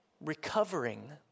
recovering